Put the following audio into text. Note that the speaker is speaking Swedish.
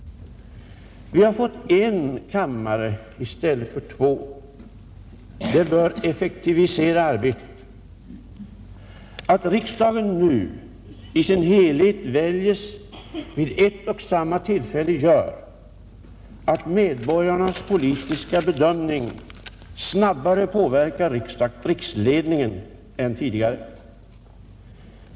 Att vi fått en kammare i stället för två bör effektivisera arbetet. Att riksdagen nu i sin helhet väljes vid ett och samma tillfälle gör att medborgarnas politiska bedömning snabbare påverkar riksledningen än tidigare.